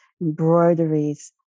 embroideries